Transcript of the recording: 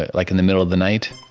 ah like, in the middle of the night?